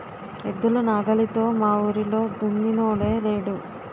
ఎద్దులు నాగలితో మావూరిలో దున్నినోడే లేడు